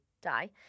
die